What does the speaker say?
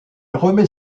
remet